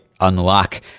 unlock